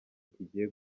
kigiye